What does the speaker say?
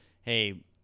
Hey